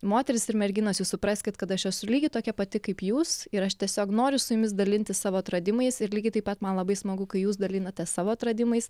moterys ir merginos jūs supraskit kad aš esu lygiai tokia pati kaip jūs ir aš tiesiog noriu su jumis dalintis savo atradimais ir lygiai taip pat man labai smagu kai jūs dalinatės savo atradimais